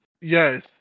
Yes